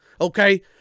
Okay